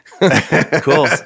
cool